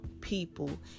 people